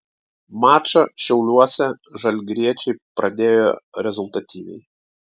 mačą šiauliuose žalgiriečiai pradėjo rezultatyviai